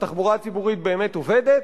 התחבורה הציבורית באמת עובדת?